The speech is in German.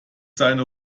seine